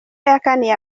yakaniye